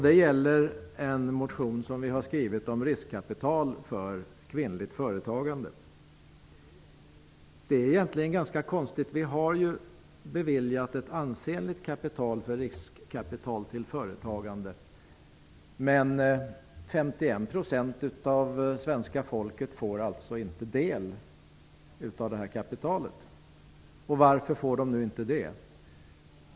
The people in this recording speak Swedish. Det gäller en motion som vi har väckt om riskkapital för kvinnligt företagande. Riksdagen har ju beviljat en ansenlig summa till riskkapital för företagande, men 51 % av svenska folket får inte del av detta kapital. Varför får de inte det?